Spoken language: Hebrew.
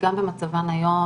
גם במצבן היום,